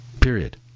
Period